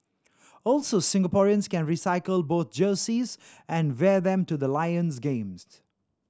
also Singaporeans can recycle both jerseys and wear them to the Lions games